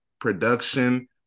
production